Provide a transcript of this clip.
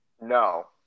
No